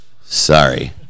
sorry